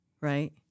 right